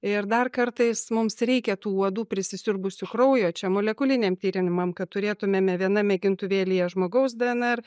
ir dar kartais mums reikia tų uodų prisisiurbusių kraujo čia molekuliniam tyrimam kad turėtumėme viena mėgintuvėlyje žmogaus dnr